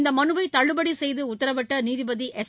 இந்த மனுவை தள்ளுபடி செய்து உத்தரவிட்ட நீதிபதி எஸ்